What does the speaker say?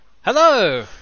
Hello